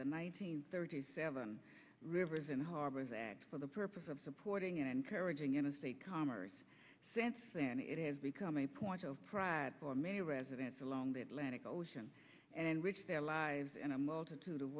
the nineteen thirty seven rivers and harbors act for the purpose of supporting and encouraging interstate commerce since then it has become a point of pride for many residents along the atlantic ocean and rich their lives in a multitude of